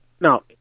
Now